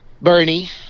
Bernie